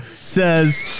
says